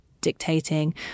dictating